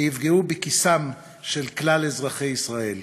ויפגעו בכיסם של כלל אזרחי ישראל?